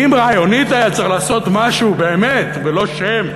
אם רעיונית היה צריך לעשות משהו באמת, ולא שם,